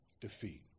defeat